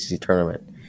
tournament